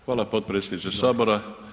Hvala potpredsjedniče Sabora.